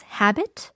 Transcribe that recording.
habit